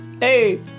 Hey